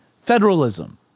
federalism